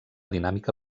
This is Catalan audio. dinàmica